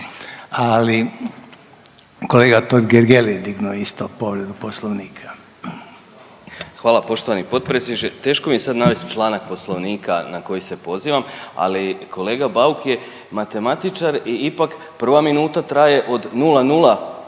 Ali kolega Totgergeli je dignuo isto povredu poslovnika. **Totgergeli, Miro (HDZ)** Hvala poštovani potpredsjedniče. Teško mi je sad navest članak poslovnika na koji se pozivam, ali kolega Bauk je matematičar i ipak prva minuta traje od 00